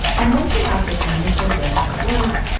and once she has this initial list of words,